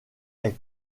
est